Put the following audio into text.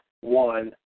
one